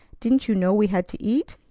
didn't you know we had to eat?